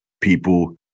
People